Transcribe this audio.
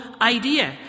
idea